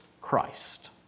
Christ